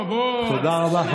11 שנה, תודה רבה.